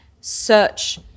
search